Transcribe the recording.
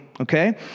Okay